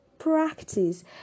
practice